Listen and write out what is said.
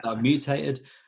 Mutated